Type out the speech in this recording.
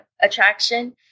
attraction